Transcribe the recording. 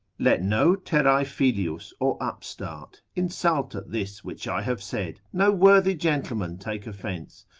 let no terrae filius, or upstart, insult at this which i have said, no worthy gentleman take offence.